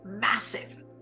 massive